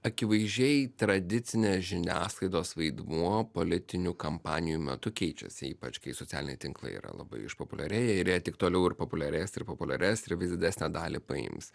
akivaizdžiai tradicinė žiniasklaidos vaidmuo politinių kampanijų metu keičiasi ypač kai socialiniai tinklai yra labai išpopuliarėję ir jie tik toliau ir populiarės ir populiarės ir vis didesnę dalį paims